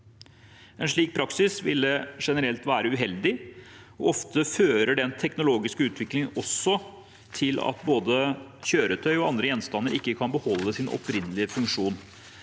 En slik praksis ville generelt være uheldig, og ofte fører den teknologiske utviklingen også til at både kjøretøy og andre gjenstander ikke kan beholde sin opprinnelige funksjon.